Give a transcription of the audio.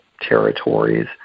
territories